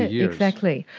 yeah exactly.